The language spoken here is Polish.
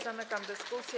Zamykam dyskusję.